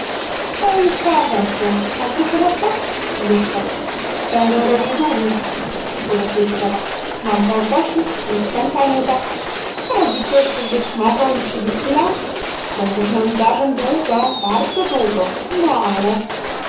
pensya a gdzież reszta będę robił długi mamcia ogłosi nikt centa nie da a rodzice jeszcze żyć mogą i trzydzieści lat będziesz nędzarzem długo bardzo długo no